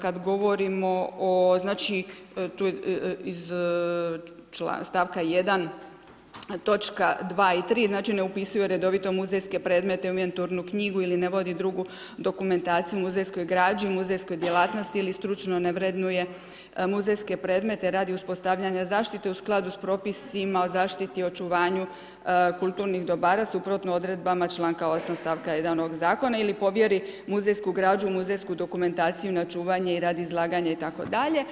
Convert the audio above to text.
Kada govorimo, znači tu iz stavka 1, točka 2. i 3. znači ne upisuju redovito muzejske predmete u inventurnu knjigu ili ne vodi drugu dokumentaciji o muzejskog građi ili muzejskoj djelatnosti ili stručno ne vrednuje muzejske predmete radi uspostavljanja zaštita u skladu s propisima, o zaštitu očuvanju, kulturnih dobara, suprotno odredbama čl.8. stavka 1. ovog zakona ili povjeri muzejsku građu, muzejsku dokumentaciju na čuvanje il radi izlaganja itd.